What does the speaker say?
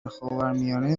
خاورمیانه